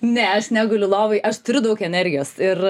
ne aš neguliu lovoj aš turiu daug energijos ir